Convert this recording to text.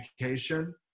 education